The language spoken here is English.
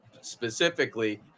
specifically